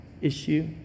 issue